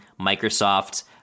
Microsoft